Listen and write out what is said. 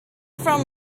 from